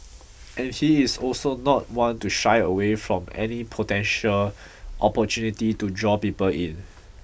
and he is also not one to shy away from any potential opportunity to draw people in